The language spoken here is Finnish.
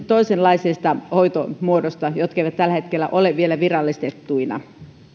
toisenlaisesta hoitomuodosta joka ei tällä hetkellä ole vielä virallistettuna